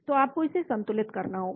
तो आपको इसे संतुलित करना होगा